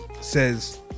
says